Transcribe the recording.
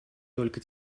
только